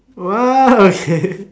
!wow! okay